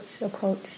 approach